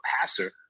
passer